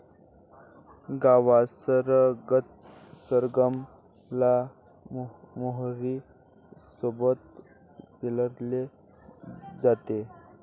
गावात सरगम ला मोहरी सोबत पेरले जाते